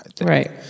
Right